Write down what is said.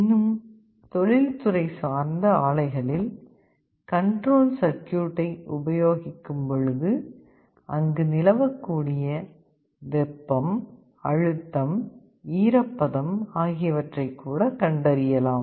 இன்னும் தொழில்துறை சார்ந்த ஆலைகளில் கண்ட்ரோல் சர்க்யூட்டை உபயோகிக்கும் பொழுது அங்கு நிலவக்கூடிய வெப்பம் அழுத்தம் ஈரப்பதம் ஆகியவற்றை கண்டறியலாம்